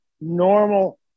normal